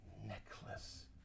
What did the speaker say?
necklace